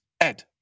Ed